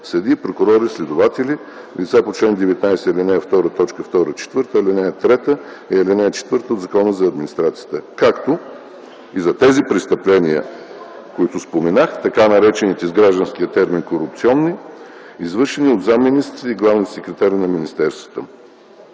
съдии, прокурори, следователи, лица по чл. 19, ал. 2, т. 2-4, ал. 3 и ал. 4 от Закона за администрацията, както и за тези престъпления, които споменах, наречени с гражданския термин корупционни, извършени от заместник-министри и главни секретари на министерствата.